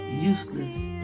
useless